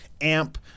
amp